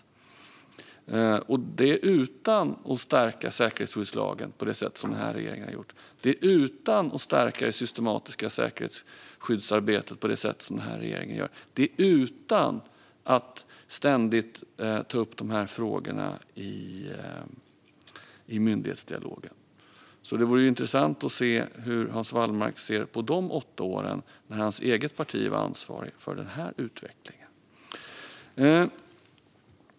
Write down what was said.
Den gjorde det utan att stärka säkerhetsskyddslagen på det sätt som den här regeringen har gjort, utan att stärka det systematiska säkerhetsarbetet på det sätt som den här regeringen gör och utan att ständigt ta upp de här frågorna i myndighetsdialogen. Det vore alltså intressant att höra hur Hans Wallmark ser på de åtta år då hans eget parti var ansvarig för den här utvecklingen.